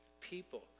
people